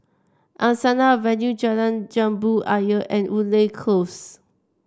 Angsana Avenue Jalan Jambu Ayer and Woodleigh Close